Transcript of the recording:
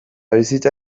bizitza